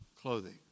clothing